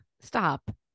Stop